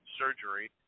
surgery